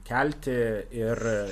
kelti ir